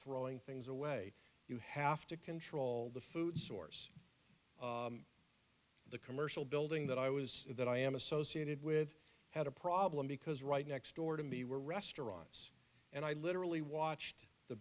throwing things away you have to control the food source the commercial building that i was that i am associated with had a problem because right next door to me were restaurants and i literally watched the